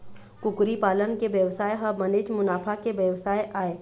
कुकरी पालन के बेवसाय ह बनेच मुनाफा के बेवसाय आय